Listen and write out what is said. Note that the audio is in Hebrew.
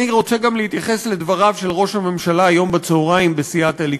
אני רוצה גם להתייחס לדבריו של ראש הממשלה היום בצהריים בסיעת הליכוד.